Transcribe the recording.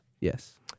Yes